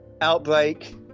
Outbreak